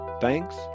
Thanks